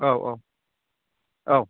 औ औ औ